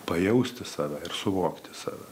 pajausti save ir suvokti save